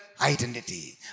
identity